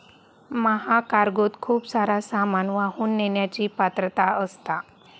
महाकार्गोत खूप सारा सामान वाहून नेण्याची पात्रता असता